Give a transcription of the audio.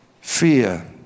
fear